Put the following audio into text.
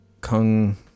Kung